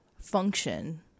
function